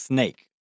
Snake